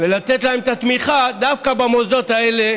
ולתת להם את התמיכה, דווקא במוסדות האלה